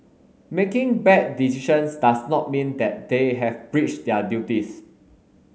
making bad decisions does not mean that they have breached their duties